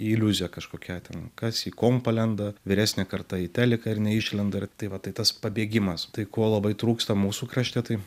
į iliuziją kažkokią ten kas į kompą lenda vyresnė karta į teliką ir neišlenda ir tai va tai tas pabėgimas tai kuo labai trūksta mūsų krašte tai